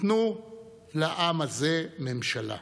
תנו לעם הזה ממשלה.